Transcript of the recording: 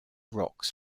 rocks